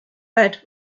lead